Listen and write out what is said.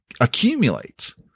accumulates